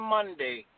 Monday